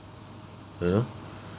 don't know